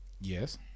Yes